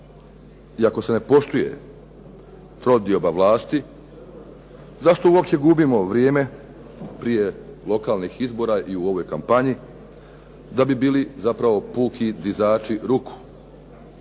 i ako se ne poštuje trodioba vlasti, zašto uopće gubimo vrijeme prije lokalnih izbora i u ovoj kampanji, da bi bili zapravo puki dizači ruku,